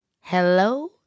Hello